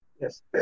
Yes